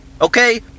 okay